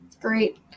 Great